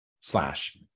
slash